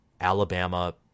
Alabama